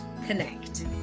Connect